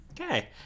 Okay